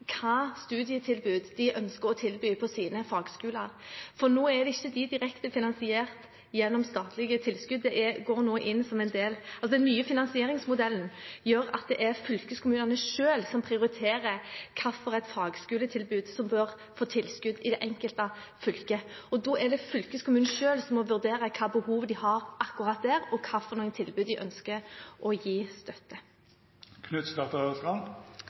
ønsker å tilby på sine fagskoler, for nå er ikke fagskolene direkte finansiert gjennom statlige tilskudd. Den nye finansieringsmodellen gjør at det er fylkeskommunene selv som prioriterer hvilke fagskoletilbud som bør få tilskudd i det enkelte fylket, og da er det fylkeskommunen selv som må vurdere hvilke behov de har akkurat der, og hvilke tilbud de ønsker å gi støtte.